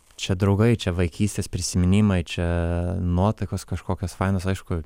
čia draugai čia vaikystės prisiminimai čia nuotaikos kažkokios fainos aišku